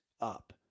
up